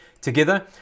together